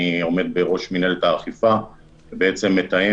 אני עומד בראש מינהלת האכיפה ובעצם מתאם